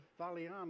Valiana